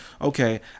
okay